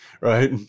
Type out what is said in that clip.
right